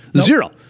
Zero